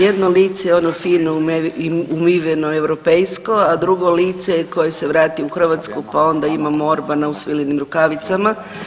Jedno lice je ono fino i umiveno europejsko, a drugo lice je koje se vrati u Hrvatsku pa onda imamo Orbana u svilenim rukavicama.